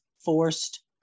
forced